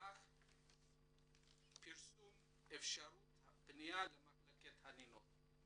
מהלך פרסום אפשרות הפניה למחלקת חנינות.